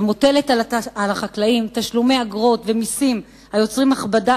ומוטלים על החקלאים תשלומי אגרות ומסים היוצרים הכבדה